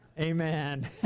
Amen